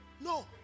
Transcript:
no